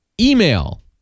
email